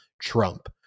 Trump